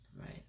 Right